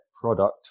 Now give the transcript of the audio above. product